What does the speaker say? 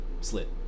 Slit